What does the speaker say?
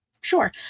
Sure